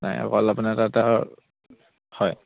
নাই অকল আপোনাৰ তাত আৰু হয়